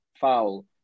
foul